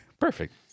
Perfect